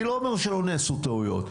אני לא אומר שלא נעשו טעויות.